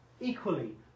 equally